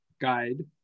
guide